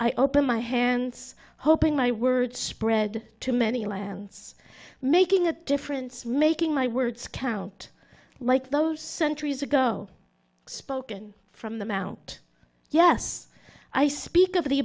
i open my hands hoping my word spread to many lands making a difference making my words count like those centuries ago spoken from the mount yes i speak of the